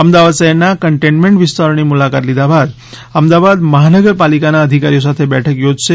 અમદાવાદ શહેરના કન્ટેનમેન્ટ વિસ્તારોની મુલાકાત લીધા બાદ અમદાવાદ મહાનગર પાલિકાના અધિકારીઓ સાથે બેઠક યોજશે